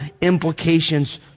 implications